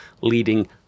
leading